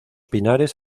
pinares